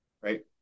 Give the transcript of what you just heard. right